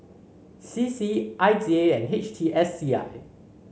C C I D A and H T S C I